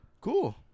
Cool